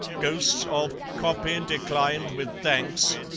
ghosts of copy, declined with thanks,